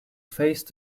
phase